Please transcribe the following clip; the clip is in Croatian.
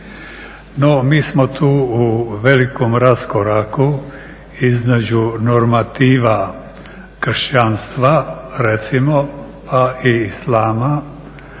No mi smo tu u velikom raskoraku između normativa Kršćanstva, recimo, pa i Islama